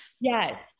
Yes